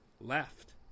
left